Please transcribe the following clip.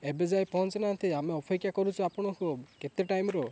ଏବେ ଯାଇ ପହଞ୍ଚିନାହାଁନ୍ତି ଆମେ ଅପେକ୍ଷା କରିଛୁ ଆପଣଙ୍କୁ କେତେ ଟାଇମରୁ